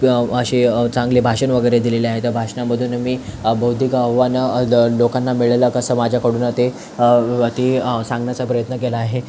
असे चांगले भाषण वगैरे दिलेले आहेत भाषणांमधून मी बौद्धिक आव्हानं लोकांना मिळालं कसं माझ्याकडून ते सांगण्याचा प्रयत्न केला आहे